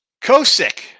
Kosick